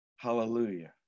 Hallelujah